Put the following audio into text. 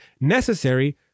necessary